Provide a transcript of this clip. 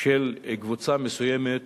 של קבוצה מסוימת